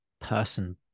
person